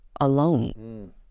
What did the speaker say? alone